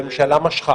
הממשלה משכה.